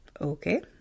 Okay